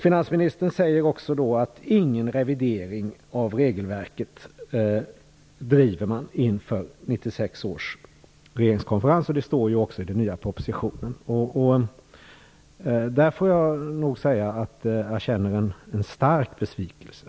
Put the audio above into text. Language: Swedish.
Finansministern säger också att man inte driver frågan om någon revidering av regelverket inför 1996 års regeringskonferens. Det står också i den nya propositionen. Där får jag nog säga att jag känner en stark besvikelse.